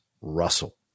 russell